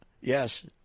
Yes